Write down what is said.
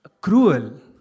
cruel